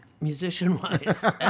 musician-wise